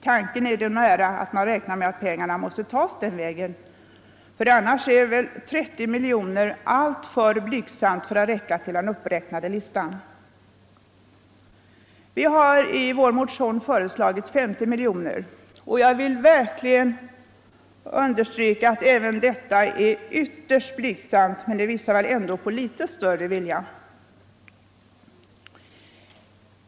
Tanken ligger nära att man räknar med att pengarna måste tas den vägen, för annars är väl 30 miljoner ett alltför blygsamt belopp för att räcka till de uppräknade åtgärderna. Vi har i vår motion föreslagit 50 miljoner, och jag vill kraftigt understryka att även detta är ett ytterst blygsamt belopp. Men det visar väl ändå på litet större vilja.